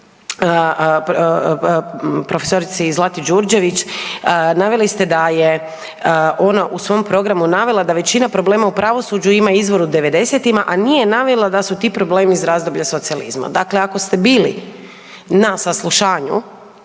profesorici Zlati Đurđević naveli ste da je ona u svom programu navela da većina problema u pravosuđu ima izvor u 90-tima, a nije navela da su ti problemi iz razdoblja socijalizma. Dakle, ako ste bili na saslušanju